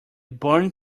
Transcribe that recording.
burnt